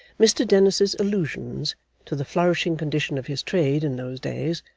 mr dennis's allusions to the flourishing condition of his trade in those days,